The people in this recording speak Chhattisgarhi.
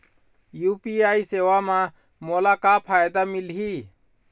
यू.पी.आई सेवा म मोला का फायदा मिलही?